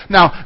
Now